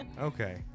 okay